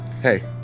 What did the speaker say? Hey